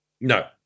No